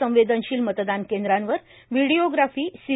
संवेदनशील मतदानकेंद्रांवर videography C